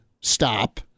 stop